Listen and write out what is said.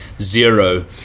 zero